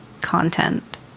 content